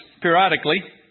periodically